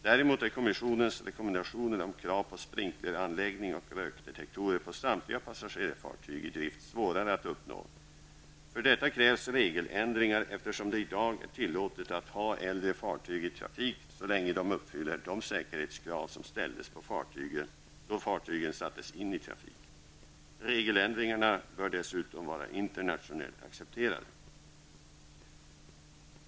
Däremot är kommissionens rekommendationer om krav på sprinkleranläggning och rökdetektorer på samtliga passagerarfartyg i drift svårare att uppnå. För detta krävs regeländringar, eftersom det i dag är tillåtet att ha äldre fartyg i trafik så länge de uppfyller de säkerhetskrav som ställdes då fartygen sattes in i trafik. Regeländringarna bör dessutom vara internationellt accepterade.